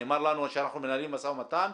נאמר לנו ש"אנחנו מנהלים משא ומתן".